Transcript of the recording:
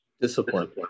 discipline